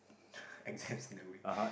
I just knew it